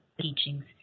teachings